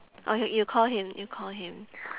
or you you call him you call him